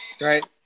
right